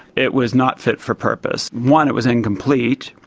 it was not fit for purpose. one, it was incomplete,